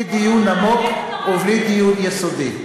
בלי דיון עמוק ובלי דיון יסודי.